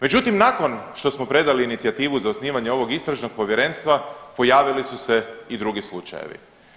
Međutim, nakon što smo predali inicijativu za osnivanje ovog istražnog povjerenstva pojavili su se i drugi slučajevi.